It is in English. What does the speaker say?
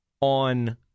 on